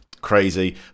crazy